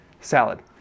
salad